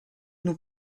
nous